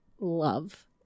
love